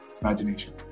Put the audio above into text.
imagination